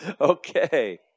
Okay